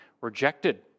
rejected